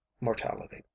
mortality